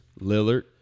Lillard